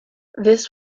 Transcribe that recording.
this